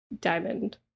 diamond